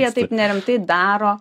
jie taip nerimtai daro